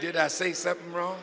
did i say something wrong